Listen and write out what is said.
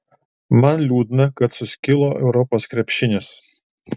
man liūdna kad suskilo europos krepšinis